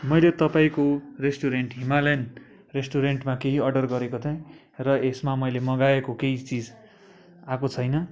मैले तपाईँको restaurant Himalayan रेस्टुरेन्टमा केही अर्डर गरेको थिएँ र यसमा मैले मगाएको केही चिज आएको छैन